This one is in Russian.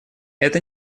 это